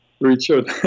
Richard